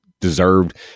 deserved